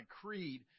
creed